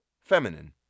feminine